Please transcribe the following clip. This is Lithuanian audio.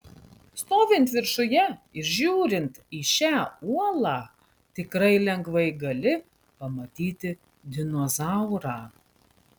stovint viršuje ir žiūrint į šią uolą tikrai lengvai gali pamatyti dinozaurą